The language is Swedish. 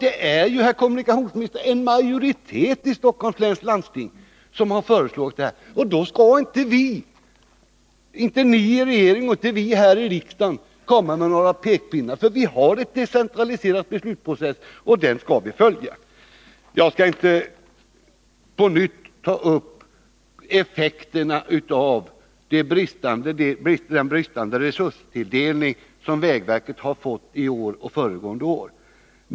Det är, herr kommunikationsminister, en majoritet i Stockholms läns landsting som kommit med förslaget, och då skall inte ni i regeringen och inte vi här i riksdagen komma med några pekpinnar — för vi har en decentraliserad beslutsprocess, och den skall vi följa. Jag skall inte på nytt ta upp effekterna av den bristande resurstilldelningen till vägverket i år och föregående år.